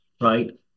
right